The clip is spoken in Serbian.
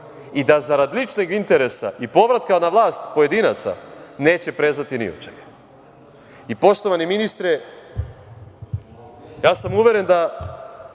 i da zarad ličnog interesa i povratka na vlast pojedinaca neće prezati ni od čega. Poštovani ministre, ja sam uveren da